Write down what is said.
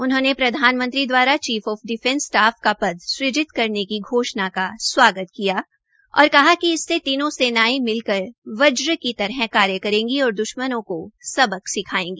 उन्होंने प्रधानमंत्री द्वारा चीफ ऑफ डिफैंस स्टाफ का पद सुजित करने की घोषणा का स्वागत करते हए कहा कि इससे तीनों सेना मिलकर वज्र की तरह कार्य करेगी और द्श्मनों को सबक सिखायेंगी